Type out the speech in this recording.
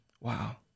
Wow